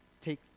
take